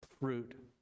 fruit